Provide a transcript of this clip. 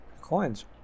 coins